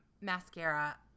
mascara